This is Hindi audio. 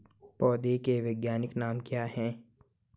पौधों के वैज्ञानिक नाम क्या हैं?